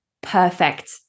perfect